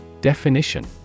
Definition